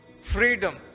Freedom